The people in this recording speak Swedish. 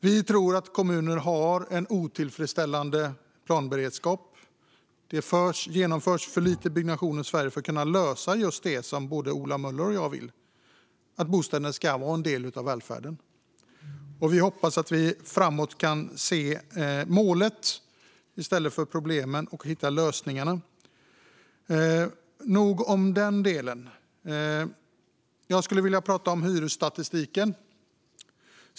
Vi tror att kommuner har en otillfredsställande planberedskap. Det genomförs för lite byggnation i Sverige för att kunna uppnå just det som både Ola Möller och jag vill: att bostäderna ska vara en del av välfärden. Vi hoppas att vi framöver kan se målet i stället för problemen och hitta lösningarna. Nog om den delen. Jag skulle vilja prata om hyresstatistiken.